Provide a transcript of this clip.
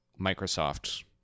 microsoft